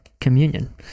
communion